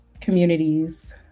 communities